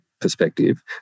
perspective